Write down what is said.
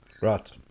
Right